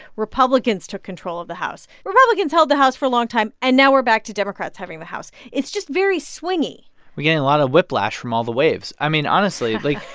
republicans took control of the house. republicans held the house for a long time. and now we're back to democrats having the house. it's just very swingy we're getting a lot of whiplash from all the waves. i mean, honestly, like.